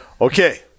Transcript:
Okay